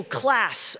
class